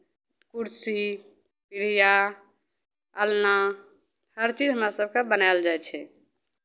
कुर्सी पीढ़िया अलना हरचीज हमरा सभके बनायल जाइ छै